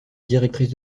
directrice